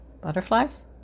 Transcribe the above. Butterflies